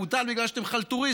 הוא בוטל בגלל שאתם חלטוריסטים.